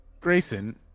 Grayson